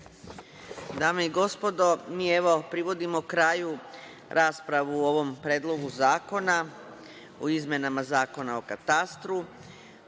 Dame i gospodo, mi evo privodimo kraju raspravu o ovom Predlogu zakona o izmenama Zakona o katastru. Ovaj